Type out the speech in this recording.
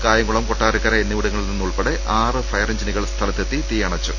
കായംകുളം കൊട്ടാരക്കര എന്നിവിടങ്ങളിൽ നിന്നുൾപ്പെടെ ആറ് ഫയർ എൻജിനുകൾ സ്ഥലത്തെത്തി തീ അണച്ചു